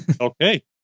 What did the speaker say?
Okay